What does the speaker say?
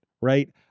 right